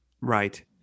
Right